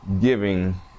giving